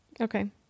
Okay